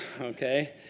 Okay